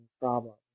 problems